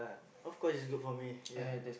of course is good for me ya